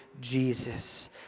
Jesus